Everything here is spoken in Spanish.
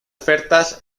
ofertas